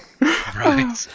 Right